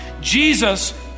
jesus